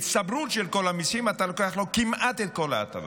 בהצטברות של כל המיסים אתה לוקח לו כמעט את כל ההטבה.